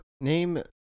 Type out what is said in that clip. name